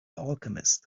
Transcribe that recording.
alchemist